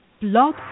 Blog